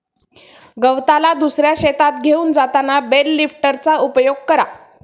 गवताला दुसऱ्या शेतात घेऊन जाताना बेल लिफ्टरचा उपयोग करा